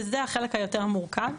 וזה החלק היותר מורכב.